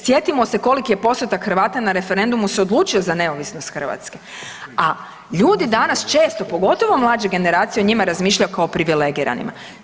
Sjetimo se koliki je postotak Hrvata na referendumu se odlučilo za neovisnost Hrvatske, a ljudi danas često pogotovo mlađe generacije o njima razmišljaju kao privilegiranima.